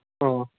ꯑꯣ